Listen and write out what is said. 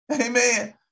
amen